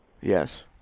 Yes